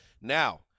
Now